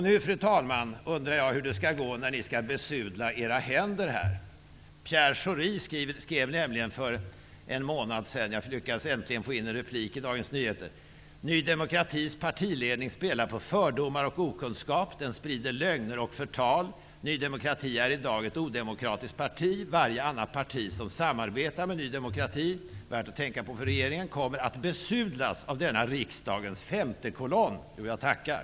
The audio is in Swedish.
Nu undrar jag, fru talman, hur det skall gå när ni skall besudla era händer här. Pierre Schori skrev nämligen för en månad sedan: ''Ny demokratis partiledning spelar på fördomar och okunskap. Den sprider lögner och förtal. Ny demokrati är i dag ett odemokratiskt parti. Varje annat parti'' -- det är värt att tänka på för regeringen -- ''som samarbetar med Ny demokrati kommer att besudlas av denna riksdagens femtekolonn.'' Jo, jag tackar!